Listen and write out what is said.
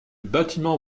bâtiment